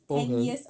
okay